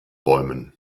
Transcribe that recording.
bäumen